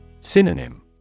Synonym